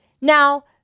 Now